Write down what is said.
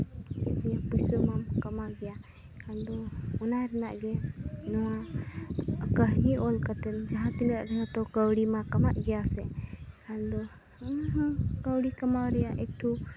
ᱯᱩᱭᱥᱟᱹᱢᱟᱢ ᱠᱟᱢᱟᱣ ᱜᱮᱭᱟ ᱟᱫᱚ ᱚᱱᱟ ᱨᱮᱱᱟᱜ ᱜᱮ ᱱᱚᱣᱟ ᱠᱟᱹᱦᱱᱤ ᱚᱞ ᱠᱟᱛᱮ ᱡᱟᱦᱟᱸ ᱛᱤᱱᱟᱹᱜ ᱨᱮ ᱦᱚᱸ ᱛᱚ ᱠᱟᱹᱣᱰᱤᱢᱟ ᱠᱟᱢᱟᱜ ᱜᱮᱭᱟ ᱥᱮ ᱟᱫᱚ ᱚᱱᱟ ᱦᱚᱸ ᱠᱟᱹᱣᱰᱤ ᱠᱟᱢᱟᱣ ᱨᱮᱭᱟᱜ ᱮᱠᱴᱩ